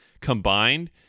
combined